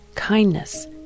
Kindness